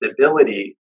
stability